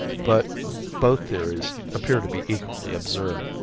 but both theories appear to be equally absurd.